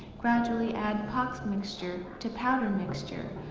gradually add pox mixture to powder mixture,